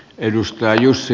arvoisa puhemies